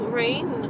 rain